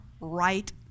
right